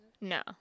No